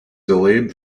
delayed